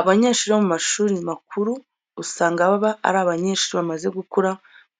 Abanyeshuri bo mu mashuri makuru usanga baba ari abanyeshuri bamaze gukura